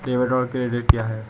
Debit और credit क्या है?